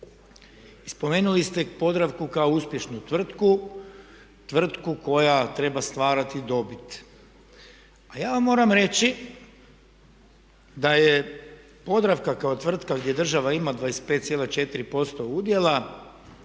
I spomenuli ste Podravku kao uspješnu tvrtku, tvrtku koja treba stvarati dobit. A ja vam moram reći da je Podravka kao tvrtka gdje država ima 25,4% udjela